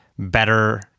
Better